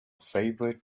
favorite